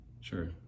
Sure